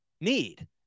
need